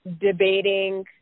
debating